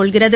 கொள்கிறது